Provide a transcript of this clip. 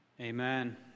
Amen